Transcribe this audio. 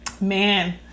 man